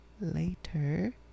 later